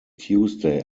tuesday